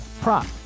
prop